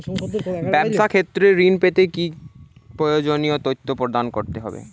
ব্যাবসা ক্ষেত্রে ঋণ পেতে কি কি প্রয়োজনীয় তথ্য প্রদান করতে হবে?